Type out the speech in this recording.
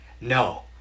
No